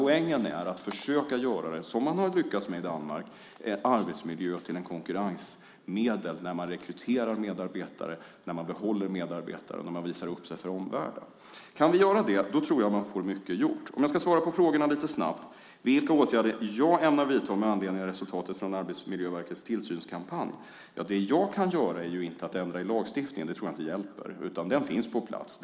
Poängen är att försöka göra - vilket man har lyckats med i Danmark - arbetsmiljö till ett konkurrensmedel när man rekryterar medarbetare, när man behåller medarbetare och när man visar upp sig för omvärlden. Jag tror att vi får mycket gjort om vi kan göra det. Låt mig svara på frågorna lite snabbt. Vilka åtgärder ämnar jag vidta med anledning av resultatet från Arbetsmiljöverkets tillsynskampanj? Jag kan inte ändra i lagstiftningen. Jag tror inte att det hjälper. Den finns på plats.